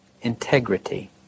integrity